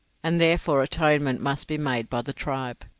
and therefore atonement must be made by the tribe.